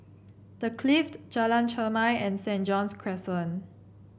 The Clift Jalan Chermai and Saint John's Crescent